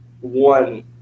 one